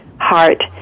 heart